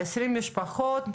20 משפחות,